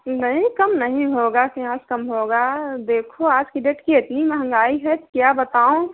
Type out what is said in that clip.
नहीं कम नहीं होगा क्या कम होगा देखो आज की डेट कितनी महँगाई है क्या बताऊँ